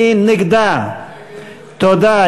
תודה.